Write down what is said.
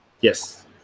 Yes